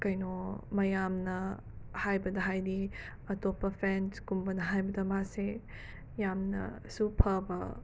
ꯀꯩꯅꯣ ꯃꯌꯥꯝꯅ ꯍꯥꯏꯕꯗ ꯍꯥꯏꯗꯤ ꯑꯇꯣꯞꯄ ꯄꯦꯟꯁ ꯀꯨꯝꯕꯅ ꯍꯥꯏꯕꯗ ꯃꯥꯁꯦ ꯌꯥꯝꯅꯁꯨ ꯐꯕ